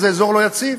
זה אזור לא יציב.